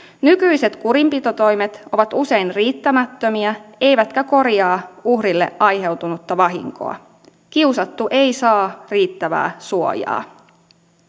nykyiset kurinpitotoimet ovat usein riittämättömiä eivätkä korjaa uhrille aiheutunutta vahinkoa kiusattu ei saa riittävää suojaa